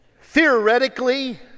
theoretically